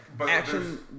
action